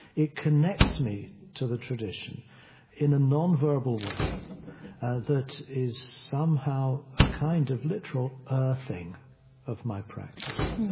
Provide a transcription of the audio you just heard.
it connects me to the tradition in a nonverbal way that is somehow a kind of literal earthing of my practice.